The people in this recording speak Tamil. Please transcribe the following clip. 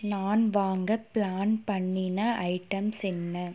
நான் வாங்க ப்ளான் பண்ணின ஐட்டம்ஸ் என்ன